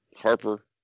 Harper